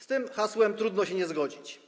Z tym hasłem trudno się nie zgodzić.